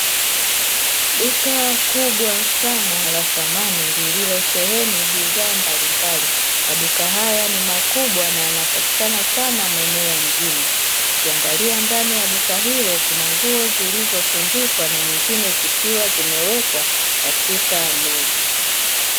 Duka kubwa sana la thamani lililosheheni bidhaa mbalimbali, maduka haya ni makubwa na yanapatikana sana maeneo ya mjini. Ukiangalia ndani ya duka hilo kuna nguo zilizotundikwa na nyingine zikiwa zimewekwa katika meza.